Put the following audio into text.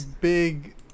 big